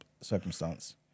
circumstance